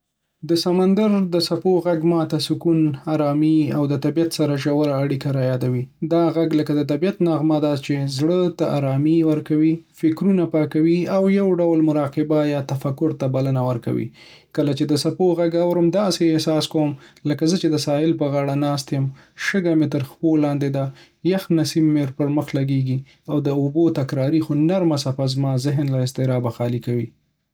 د سمندر د څپو غږ ما ته سکون، آرامي، او طبیعت سره ژوره اړیکه رايادوي. دا غږ لکه د طبیعت نغمه ده چې زړه ته ارامي ورکوي، فکرونه پاکوي، او یو ډول مراقبه یا تفکر ته بلنه ورکوي. کله چې د څپو غږ واورم، داسې احساس کوم لکه زه د ساحل پر غاړه ناست یم، شګه مې تر پښو لاندې ده، یخ نسیم مې پر مخ لګېږي، او د اوبو تکراري خو نرمه څپه زما ذهن له اضطرابه خالي کوي.